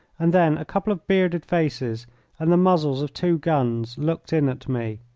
and then a couple of bearded faces and the muzzles of two guns looked in at me.